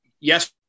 Yes